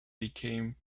became